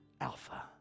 Alpha